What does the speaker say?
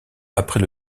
après